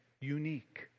unique